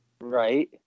Right